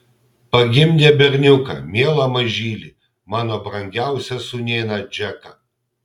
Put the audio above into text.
pagimdė berniuką mielą mažylį mano brangiausią sūnėną džeką